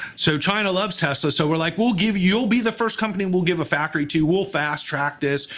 so china loves tesla, so we're like, we'll give you'll be the first company we'll give a factory to. we'll fast track this.